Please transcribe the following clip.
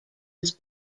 was